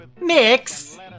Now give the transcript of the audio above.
Mix